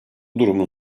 durumun